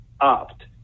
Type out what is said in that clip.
opt